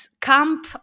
camp